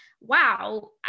wow